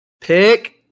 pick